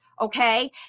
Okay